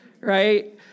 Right